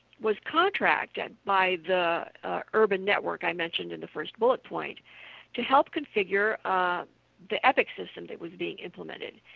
was contracted by the urban network i mentioned in the first bullet point to help configure the epic system that was being implemented.